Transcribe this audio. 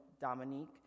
Dominique